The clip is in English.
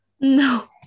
No